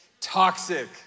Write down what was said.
Toxic